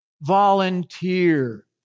Volunteer